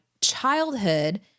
childhood